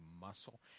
muscle